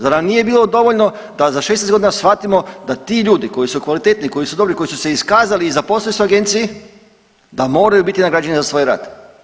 Zar nam nije bilo dovoljno da za 16 godina shvatimo da ti ljudi koji su kvalitetni koji su dobri, koji su se iskazali i zaposlili se u agenciji da moraju biti nagrađeni za svoj rad?